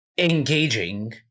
Engaging